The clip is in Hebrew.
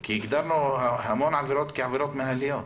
כי הגדרנו המון עבירות כעבירות מנהליות.